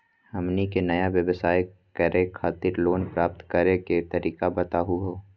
हमनी के नया व्यवसाय करै खातिर लोन प्राप्त करै के तरीका बताहु हो?